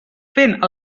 fent